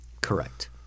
Correct